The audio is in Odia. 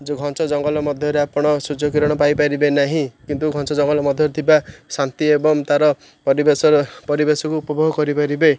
ଯେଉଁ ଘଞ୍ଚ ଜଙ୍ଗଲ ମଧ୍ୟରେ ଆପଣ ସୂର୍ଯ୍ୟକିରଣ ପାଇପାରିବେ ନାହିଁ କିନ୍ତୁ ଘଞ୍ଚ ଜଙ୍ଗଲ ମଧ୍ୟରେ ଥିବା ଶାନ୍ତି ଏବଂ ତାର ପରିବେଶରେ ପରିବେଶକୁ ଉପଭୋଗ କରିପାରିବେ